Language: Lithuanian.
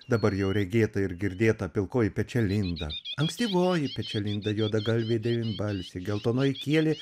dabar jau regėta ir girdėta pilkoji pečialinda ankstyvoji pečialinda juodagalvė devynbalsė geltonoji kielė